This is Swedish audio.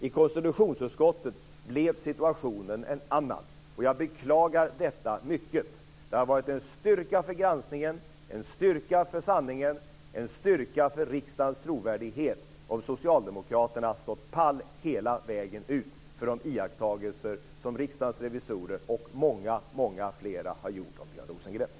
I konstitutionsutskottet blev situationen en annan. Jag beklagar detta mycket, för det skulle ha varit en styrka för granskningen, en styrka för sanningen och en styrka för riksdagens trovärdighet om socialdemokraterna hade stått pall hela vägen vad gäller de iakttagelser som Riksdagens revisorer och många många fler gjort kring Björn Rosengren.